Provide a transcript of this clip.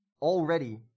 already